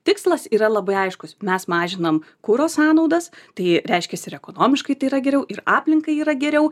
tikslas yra labai aiškus mes mažinam kuro sąnaudas tai reiškias ir ekonomiškai tai yra geriau ir aplinkai yra geriau